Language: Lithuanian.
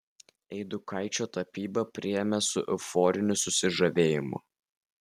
eidukaičio tapybą priėmė su euforiniu susižavėjimu